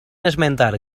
esmentar